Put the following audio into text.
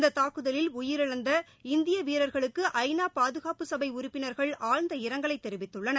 இந்த தாக்குதலில் உயிரிழந்த இந்திய வீரர்களுக்கு ஐநா பாதுகாப்பு சபை உறுப்பினர்கள் ஆழ்ந்த இரங்கலை தெரிவித்துள்ளனர்